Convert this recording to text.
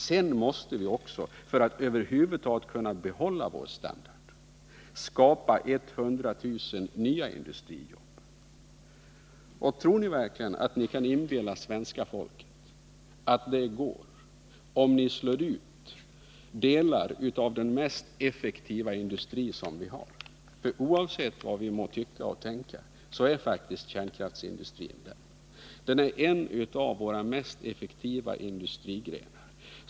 Sedan måste vi också, för att över huvud taget kunna behålla vår standard, skapa 100 000 nya industrijobb. Tror ni på nej-sidan att ni kan inbilla svenska folket att det går om ni slår ut delar av den mest effektiva industri som vi har? Oavsett vad vi må tycka och tänka så är faktiskt kärnkraftsindustrin en av våra mest effektiva industrigrenar.